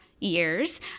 years